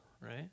Right